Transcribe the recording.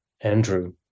Andrew